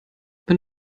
wenn